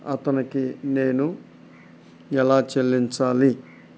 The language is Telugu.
అతనికి నేను ఎలా చెల్లించాలి